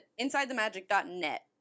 InsideTheMagic.net